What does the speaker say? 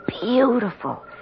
Beautiful